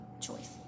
choice